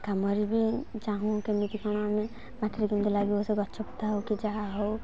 କାମରେ ବି ଚାହୁଁ କେମିତି କ'ଣ ଆମେ ପାଖରେ କେମିତି ଲାଗିବ ସେ ଗଛ ପତ୍ର ହେଉ କି ଯାହା ହେଉ